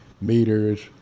meters